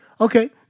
Okay